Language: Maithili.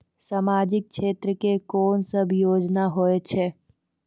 समाजिक क्षेत्र के कोन सब योजना होय छै?